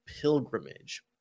Pilgrimage